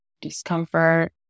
discomfort